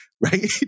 right